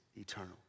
eternal